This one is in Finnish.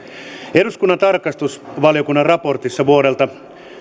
eduskunnan tarkastusvaliokunnan raportissa vuodelta